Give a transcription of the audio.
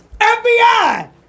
FBI